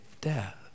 death